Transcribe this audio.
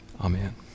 amen